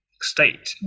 state